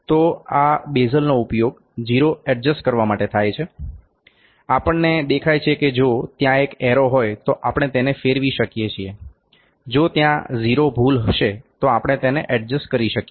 તો આ બેઝલનો ઉપયોગ 0 એડજસ્ટ કરવા માટે થાય છે આપણને દેખાય છે કે જો ત્યાં એક એરો હોય તો આપણે તેને ફેરવી શકીએ છીએ જો ત્યાં 0 ભૂલ હશે તો આપણે તેને એડજસ્ટ કરી શકીએ